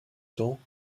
temps